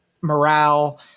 morale